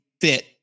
fit